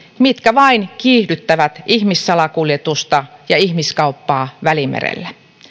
mitkä vain kiihdyttävät ihmissalakuljetusta ja ihmiskauppaa välimerellä